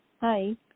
Hi